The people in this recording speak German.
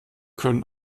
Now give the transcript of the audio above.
können